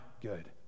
good